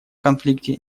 конфликте